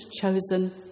chosen